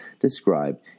described